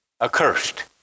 Accursed